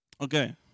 Okay